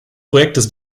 projektes